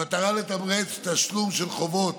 במטרה לתמרץ תשלום של חובות